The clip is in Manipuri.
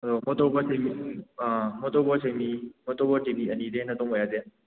ꯑꯗꯣ ꯃꯣꯇꯣꯔꯕꯣꯠꯇꯤ ꯃꯤ ꯃꯣꯇꯣꯕꯣꯠꯁꯦ ꯃꯤ ꯃꯣꯇꯣꯕꯣꯠꯁꯦ ꯃꯤ ꯑꯅꯤꯗꯒꯤ ꯍꯦꯟꯅ ꯇꯣꯡꯕ ꯌꯥꯗꯦ